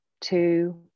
two